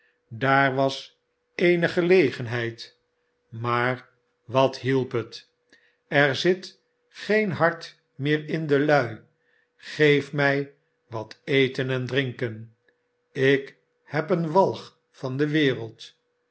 daar was eene gelegenheid maar wat hielp het er zit geen hart meer in de lui xjeef mij wat eten en drinken ik heb een walg van de wereld